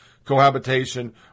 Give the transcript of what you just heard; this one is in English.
cohabitation